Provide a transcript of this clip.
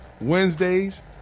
Wednesdays